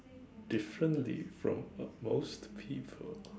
differently from most people